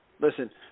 Listen